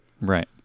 Right